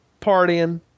partying